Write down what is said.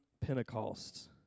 Pentecost